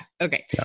Okay